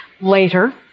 later